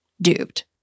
duped